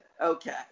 okay